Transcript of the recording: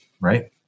right